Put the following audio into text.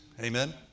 Amen